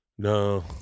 No